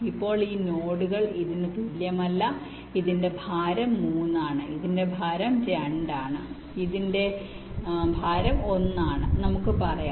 ഇപ്പോൾ ഈ നോഡുകൾ ഇതിന് തുല്യമല്ല ഇതിന്റെ ഭാരം 3 ആണ് ഇതിന്റെ ഭാരം 2 ആണ് ഇതിന്റെ ഭാരം 1 ആണ് നമുക്ക് പറയാം